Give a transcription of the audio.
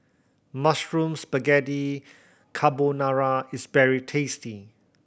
Mushroom Spaghetti Carbonara is very tasty